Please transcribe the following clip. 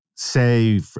say